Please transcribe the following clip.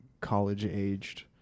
college-aged